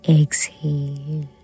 Exhale